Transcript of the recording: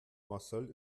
marcel